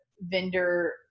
vendor